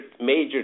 major